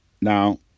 Now